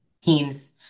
teams